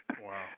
wow